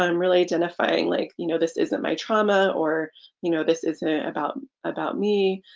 um really identifying like you know this isn't my trauma or you know this isn't about about me.